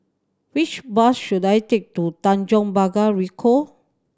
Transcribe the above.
which bus should I take to Tanjong Pagar Ricoh